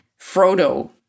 Frodo